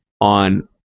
on